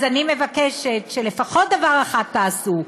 אז אני מבקשת שלפחות דבר אחד תעשו,